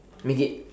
make it